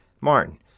Martin